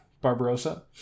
barbarossa